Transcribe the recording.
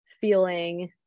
feeling